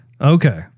Okay